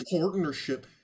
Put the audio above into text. partnership